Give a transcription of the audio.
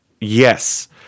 Yes